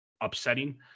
upsetting